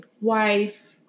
wife